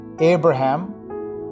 Abraham